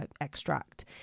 extract